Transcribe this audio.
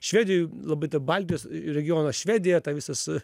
švedijoj labai tą baltijos regioną švediją tą visas